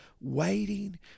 waiting